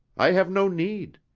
i have no need.